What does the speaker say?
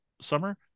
summer